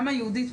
וגם היהודית,